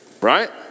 Right